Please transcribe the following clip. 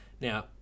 Now